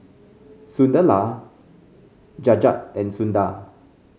Sunderlal Jagat and Sundar